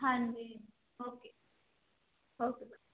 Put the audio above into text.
ਹਾਂਜੀ okay okay bye